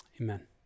amen